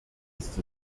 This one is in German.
ist